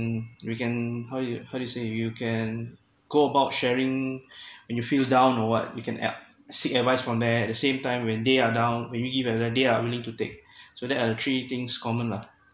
we can how you how to say you can go about sharing when you feel down or what you can ad~ seek advice from them at the same time when they are down when you give advise they are willing to take so that are the three things common lah